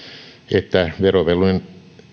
että verovelvollinen